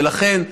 ולכן,